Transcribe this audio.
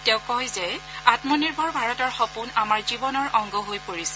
তেওঁ কয় যে আমনিৰ্ভৰ ভাৰতৰ সপোন আমাৰ জীৱনৰ অংগ হৈ পৰিছে